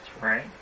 Right